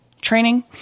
training